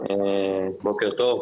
בוקר טוב.